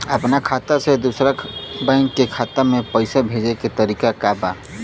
अपना खाता से दूसरा बैंक के खाता में पैसा भेजे के तरीका का बा?